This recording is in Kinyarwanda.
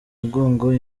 mugongo